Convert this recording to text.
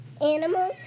animal